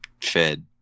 fed